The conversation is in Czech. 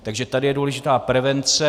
Takže tady je důležitá prevence.